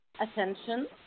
attention